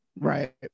Right